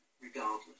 regardless